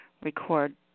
record